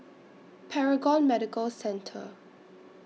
Paragon Medical Centre